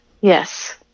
Yes